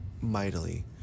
mightily